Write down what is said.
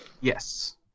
Yes